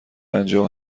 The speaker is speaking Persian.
پنجاه